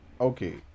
okay